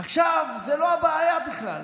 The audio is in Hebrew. עכשיו, זו לא הבעיה בכלל.